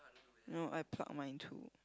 no I pluck mine too